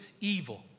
evil